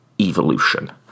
evolution